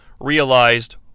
realized